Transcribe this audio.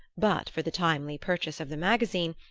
but for the timely purchase of the magazine,